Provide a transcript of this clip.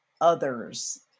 others